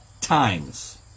times